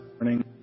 morning